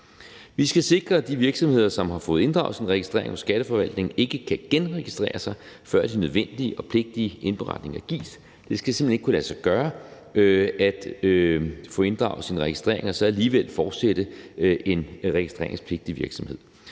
Vi skal sikre, at de virksomheder, som har fået inddraget deres registrering hos Skatteforvaltningen, ikke kan genregistrere sig, før de nødvendige og pligtige indberetninger gives. Det skal simpelt hen ikke kunne lade sig gøre at få inddraget sin registrering og så alligevel fortsætte en registreringspligtig virksomhed.